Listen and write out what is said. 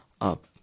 up